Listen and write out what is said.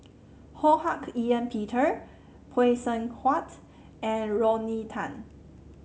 Ho Hak Ean Peter Phay Seng Whatt and Rodney Tan